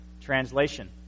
translation